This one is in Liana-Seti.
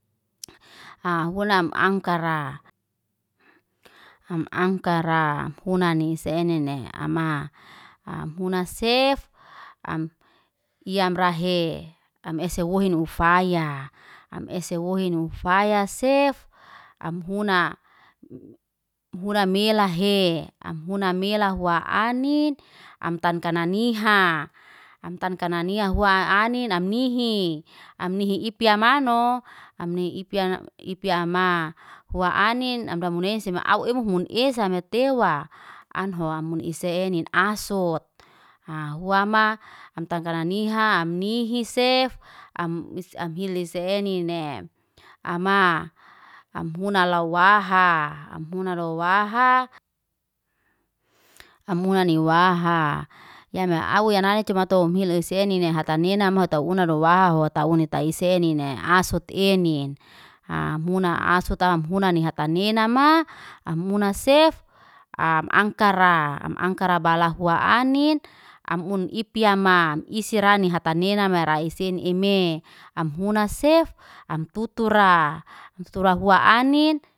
Haa hulam angkara, ham angkara huna nisene ne amaa. Ham huna sef, am hia amra hee. Am ese wohin nufaya, am ese wohin nufaya sef am huna. Emm mura milahe am huna mila hua anin am tan kananiha. Am tan kananiha hua anin an nihi. Am nihi ipia mano, amni ipia ipia ama. Wa anin amra munese au emuhun esa metewa. An hoa mun ese enin asut, ha huam ma am tangkaraniha, am nihi sef, am bis am hili seninem. Am maa am huna lau wahaa, am huna lau wahaa. Yame au yenae coba tom em hili senine hata nenama mota una rowahauwf tauni ta isene. Asot enin, ham huna asotam huna ni hataninama amuna sef am angkara. Am angkara balahua anin am un ipia man. Isirani hatanena marai sen eme. Am huna sef, am tutura. Am tuturahua anin.